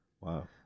Wow